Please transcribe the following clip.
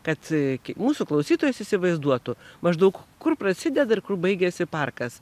kad mūsų klausytojas įsivaizduotų maždaug kur prasideda ir kur baigiasi parkas